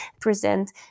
present